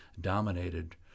dominated